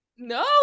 No